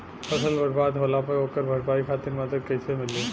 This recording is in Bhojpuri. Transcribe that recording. फसल बर्बाद होला पर ओकर भरपाई खातिर मदद कइसे मिली?